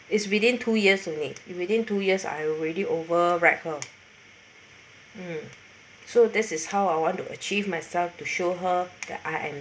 is within two years only it within two years I already overwrite her mm so this is how I want to achieve myself to show her that I'm